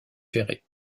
ferrées